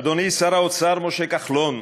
אדוני שר האוצר משה כחלון,